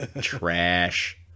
Trash